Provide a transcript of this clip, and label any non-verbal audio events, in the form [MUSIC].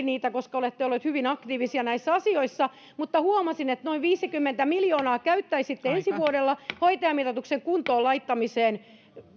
[UNINTELLIGIBLE] niitä koska olette olleet hyvin aktiivisia näissä asioissa mutta huomasin että noin viisikymmentä miljoonaa käyttäisitte ensi vuodelle hoitajamitoituksen kuntoon laittamiseen